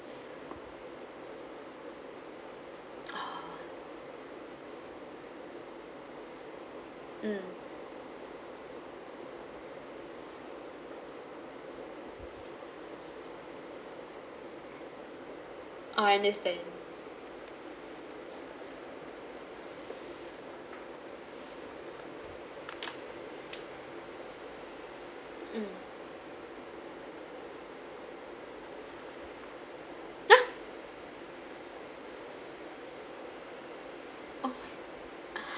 mm orh understand mm ya oh